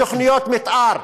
תוכניות מתאר,